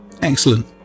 Excellent